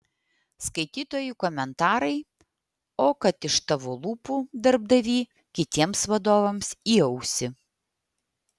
skaitytojų komentarai o kad iš tavo lūpų darbdavy kitiems vadovams į ausį